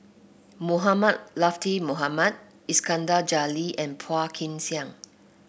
Mohamed Latiff Mohamed Iskandar Jalil and Phua Kin Siang